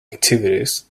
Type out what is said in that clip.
activities